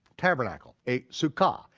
tabernacle, a sukkah,